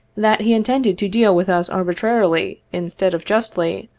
that he intended to deal with us arbi trarily, instead of justly,